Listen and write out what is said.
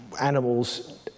animals